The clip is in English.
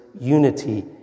unity